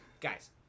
guys